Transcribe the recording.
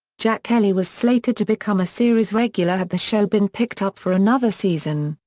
jack kelly was slated to become a series regular had the show been picked up for another season,